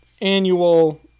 annual